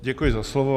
Děkuji za slovo.